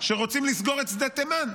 שרוצים לסגור את שדה תימן.